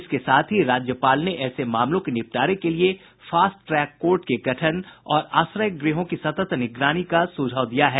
इसके साथ ही राज्यपाल ने ऐसे मामलों के निपटारे के लिये फास्ट ट्रैक कोर्ट के गठन और आश्रय गृहों की सतत निगरानी का सुझाव दिया है